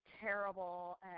terrible